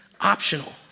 optional